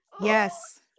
yes